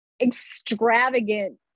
extravagant